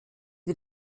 wie